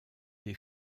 des